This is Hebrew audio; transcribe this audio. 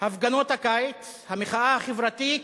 הפגנות הקיץ, המחאה החברתית,